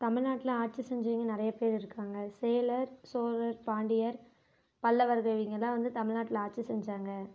தமிழ்நாட்டில் ஆட்சி செஞ்சவிங்க நிறைய பேர் இருக்காங்க சேலர் சோழர் பாண்டியர் பல்லவர்கள் இவங்கதான் வந்து தமிழ்நாட்டில் ஆட்சி செஞ்சாங்க